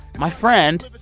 my friend,